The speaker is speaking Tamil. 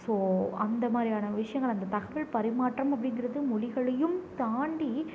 ஸோ அந்த மாதிரியான விஷயங்கள் அந்த தகவல் பரிமாற்றம் அப்படிங்கிறது மொழிகளையும் தாண்டி